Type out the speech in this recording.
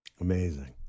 Amazing